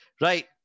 Right